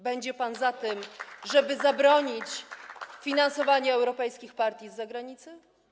Będzie pan za tym, żeby zabronić finansowania europejskich partii z zagranicy?